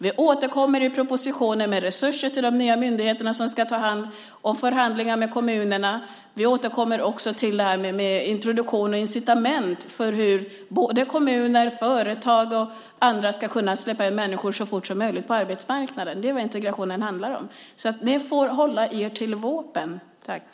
Vi återkommer i propositionen med resurser till de nya myndigheter som ska ta hand om förhandlingar med kommunerna. Vi återkommer också till det här med introduktion och incitament för hur både kommuner, företag och andra ska kunna släppa in människor på arbetsmarknaden så fort som möjligt. Det är vad integrationen handlar om. Ni får hålla er tills vårpropositionen kommer.